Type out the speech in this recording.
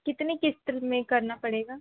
कितने क़िस्त में करना पड़ेगा